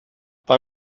bei